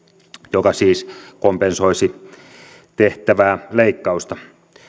joka siis kompensoisi tehtävää leikkausta